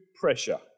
pressure